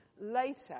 later